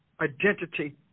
identity